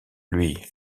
lui